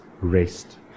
rest